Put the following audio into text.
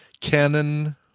canon